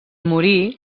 morir